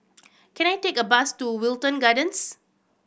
can I take a bus to Wilton Gardens